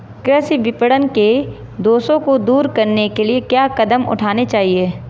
कृषि विपणन के दोषों को दूर करने के लिए क्या कदम उठाने चाहिए?